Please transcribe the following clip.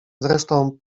zresztą